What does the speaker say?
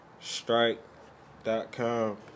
Strike.com